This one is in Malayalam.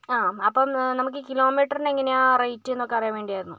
ആ അപ്പോൾ നമുക്ക് ഈ കിലോ മീറ്ററിന് എങ്ങനെയാണ് റേറ്റ് എന്നൊക്കെ അറിയാൻ വേണ്ടിയായിരുന്നു